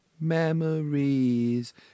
memories